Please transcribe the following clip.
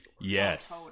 Yes